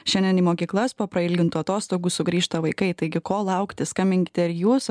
šiandien į mokyklas po prailgintų atostogų sugrįžta vaikai taigi ko laukti skambinkite ir jūs